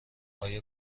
آیا